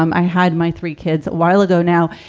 um i had my three kids a while ago now.